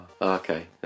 Okay